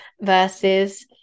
versus